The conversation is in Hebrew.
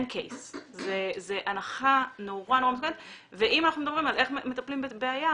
אם אנחנו מדברים על איך אנחנו מטפלים בבעיה,